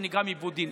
שנגרם עיוות דין,